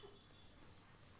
మిరపలో rain gun వాడవచ్చా?